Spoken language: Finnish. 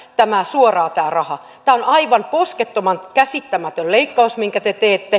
tämä on aivan poskettoman käsittämätön leikkaus minkä te teette